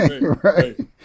Right